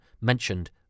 mentioned